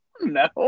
No